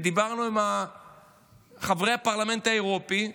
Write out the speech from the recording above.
דיברנו עם חברי הפרלמנט האירופי,